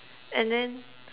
and then